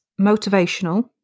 motivational